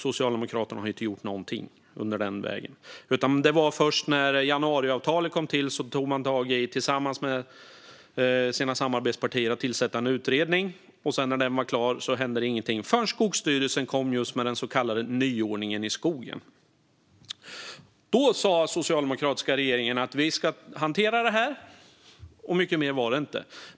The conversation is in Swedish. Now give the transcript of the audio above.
Socialdemokraterna har inte gjort någonting under den tid som gått, utan det var först när januariavtalet kom till som man tillsammans med sina samarbetspartier tog tag i att tillsätta en utredning. När den var klar hände ingenting förrän Skogsstyrelsen just kom med den så kallade nyordningen i skogen. Då sa den socialdemokratiska regeringen att man skulle hantera detta, och mycket mer var det inte.